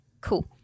cool